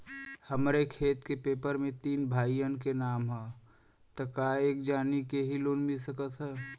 हमरे खेत के पेपर मे तीन भाइयन क नाम ह त का एक जानी के ही लोन मिल सकत ह?